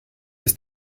ist